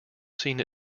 seen